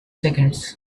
seconds